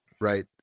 right